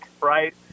right